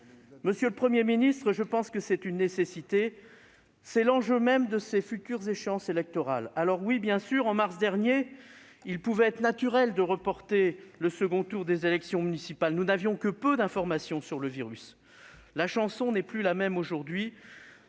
Monsieur le Premier ministre, je pense que c'est une nécessité ; c'est l'enjeu même de ces futures échéances électorales. Certes, en mars de l'année dernière, il pouvait être naturel de reporter le second tour des élections municipales, car nous n'avions que peu d'informations sur le virus, mais la chanson n'est plus la même aujourd'hui.